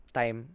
time